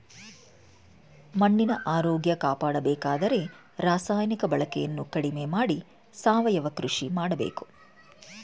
ಮಣ್ಣಿನ ಆರೋಗ್ಯ ಕಾಪಾಡಬೇಕಾದರೆ ರಾಸಾಯನಿಕ ಬಳಕೆಯನ್ನು ಕಡಿಮೆ ಮಾಡಿ ಸಾವಯವ ಕೃಷಿ ಮಾಡಬೇಕು